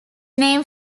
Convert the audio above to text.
name